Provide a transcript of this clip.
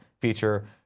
feature